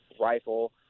rifle